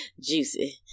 Juicy